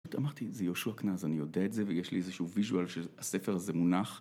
אמרתי, זה יהושע קנאז אני יודע את זה ויש לי איזשהו ויז'ואל שהספר זה מונח.